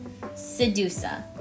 Sedusa